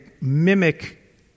mimic